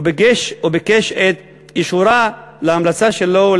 וביקש את אישורה להמלצה שלו,